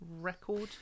record